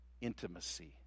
intimacy